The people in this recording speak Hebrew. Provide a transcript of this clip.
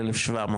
על 1,700,